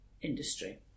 industry